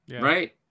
right